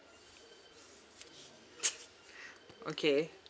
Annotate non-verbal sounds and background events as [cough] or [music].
[noise] okay